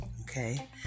Okay